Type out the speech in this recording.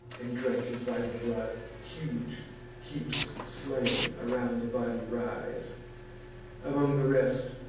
and drank his vital blood huge heaps of slain around the body rise among the rest,